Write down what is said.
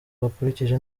bakurikije